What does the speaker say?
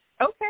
Okay